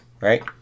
right